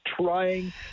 trying